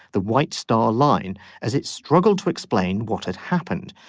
the white star line as it struggled to explain what had happened.